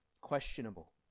questionable